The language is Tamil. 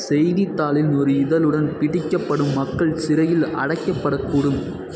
செய்தித் தாளின் ஒரு இதழுடன் பிடிக்கப்படும் மக்கள் சிறையில் அடைக்கப்படக்கூடும்